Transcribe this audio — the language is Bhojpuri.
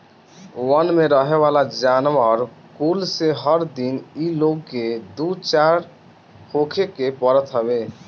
वन में रहेवाला जानवर कुल से हर दिन इ लोग के दू चार होखे के पड़त हवे